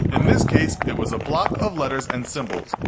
in this case it was a block of letters and symbols.